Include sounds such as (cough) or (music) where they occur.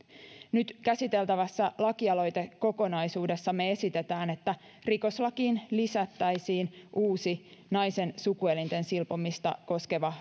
nyt käsiteltävässä lakialoitekokonaisuudessamme esitetään että rikoslakiin lisättäisiin uusi naisen sukuelinten silpomista koskeva (unintelligible)